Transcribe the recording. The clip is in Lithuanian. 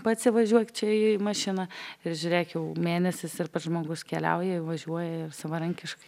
pats įvažiuok čia į mašiną ir žiūrėk jau mėnesis ir pats žmogus keliauja važiuoja savarankiškai